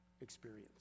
experience